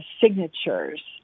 signatures